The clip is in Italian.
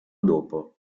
dopo